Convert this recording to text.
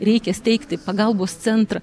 reikia steigti pagalbos centrą